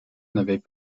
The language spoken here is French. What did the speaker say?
n’avait